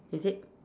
is it